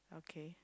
okay